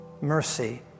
mercy